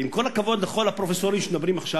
ועם כל הכבוד לכל הפרופסורים שמדברים עכשיו,